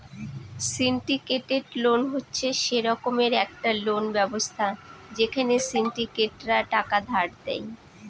syndicated loan হচ্ছে সে রকমের একটা লোন ব্যবস্থা যেখানে সিন্ডিকেটরা টাকা ধার দেয়